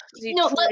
No